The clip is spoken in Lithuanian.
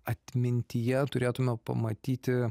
atmintyje turėtume pamatyti